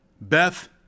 Beth